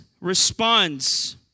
responds